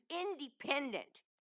independent